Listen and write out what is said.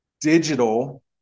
digital